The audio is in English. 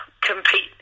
compete